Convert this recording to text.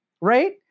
right